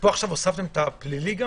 הוספתם את הפלילי?